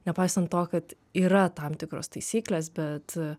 nepaisant to kad yra tam tikros taisyklės bet